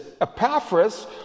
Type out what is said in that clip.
Epaphras